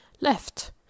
left